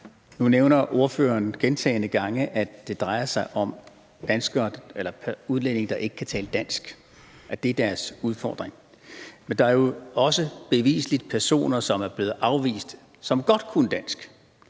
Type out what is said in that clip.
Nu nævner ordføreren gentagne gange, at det drejer sig om udlændinge, der ikke kan tale dansk – at det er deres udfordring. Men der er jo også bevisligt personer, som er blevet afvist, som godt kunne dansk;